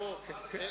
כדאי לך לשמוע: